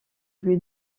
lui